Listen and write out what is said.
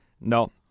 No